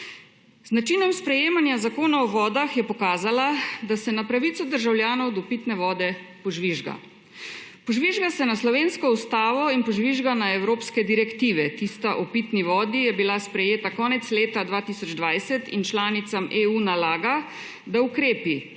Z načinom sprejemanja Zakona o vodah je pokazala, da se na pravico državljanov do pitne vode požvižga, požvižga se na slovensko ustavo in požvižga na evropske direktive. Tista o pitni vodi je bila sprejeta konec leta 2020 in članicam EU nalaga, da ukrepi,